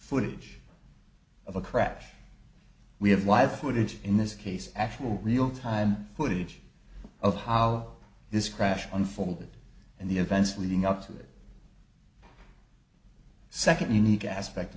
footage of a crash we have live footage in this case actual real time footage of how this crash unfolded and the events leading up to that second unique aspect